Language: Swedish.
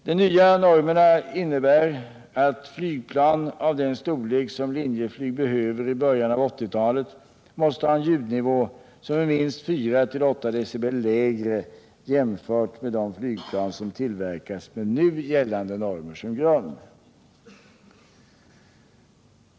De nya normerna innebär att flygplan av den storlek som Linjeflyg behöver i början av 1980-talet måste ha en ljudnivå som är minst 4-8 dB lägre jämfört med flygplan som tillverkas med nu gällande normer som grund.